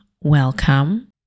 welcome